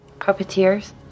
Puppeteers